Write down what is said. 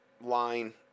line